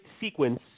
sequence